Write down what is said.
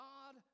God